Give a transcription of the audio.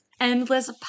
Endless